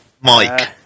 Mike